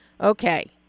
okay